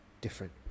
different